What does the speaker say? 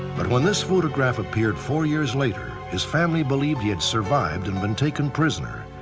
but when this photograph appeared four years later, his family believed he had survived and been taken prisoner.